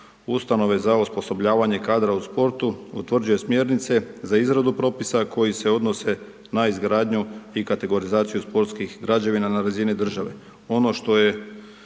ustanove za osposobljavanje kadra u sportu, utvrđuje smjernice za izradu propisa koji se odnose na izgradnju i kategorizaciju sportskih građevina na razini države.